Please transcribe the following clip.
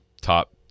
Top